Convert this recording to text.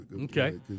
Okay